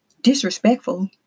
disrespectful